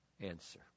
answer